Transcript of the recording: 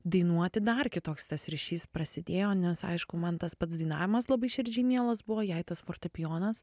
dainuoti dar kitoks tas ryšys prasidėjo nes aišku man tas pats dainavimas labai širdžiai mielas buvo jai tas fortepijonas